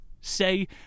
Say